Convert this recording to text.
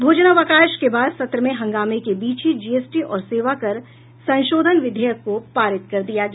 भोजनावकाश के बाद के सत्र में हंगामे के बीच ही जीएसटी और सेवा कर संशोधन विधेयक को पारित कर दिया गया